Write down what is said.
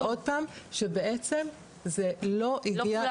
עוד פעם שבעצם זה לא הגיע מספיק לשטח.